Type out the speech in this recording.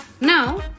Now